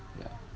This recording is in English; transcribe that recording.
ya